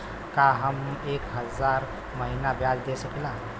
का हम एक हज़ार महीना ब्याज दे सकील?